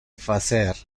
facer